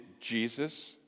Jesus